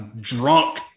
drunk